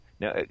now